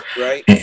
right